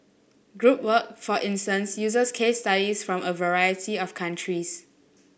group work for instance uses case studies from a variety of countries